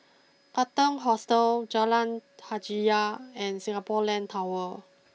Katong Hostel Jalan Hajijah and Singapore Land Tower